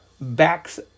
backs